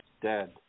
dead